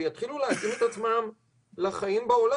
ויתחילו להתאים את עצמם לחיים בעולם.